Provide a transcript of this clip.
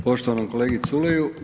poštovanom kolegi Culeju.